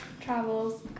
travels